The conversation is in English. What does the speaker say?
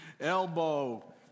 Elbow